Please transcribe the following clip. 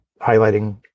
highlighting